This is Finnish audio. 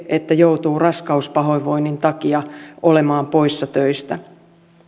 että joutuu raskauspahoinvoinnin takia olemaan poissa töistä